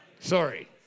Sorry